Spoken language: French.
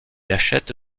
achète